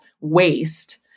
waste